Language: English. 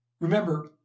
Remember